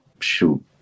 shoot